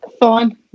fine